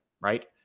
Right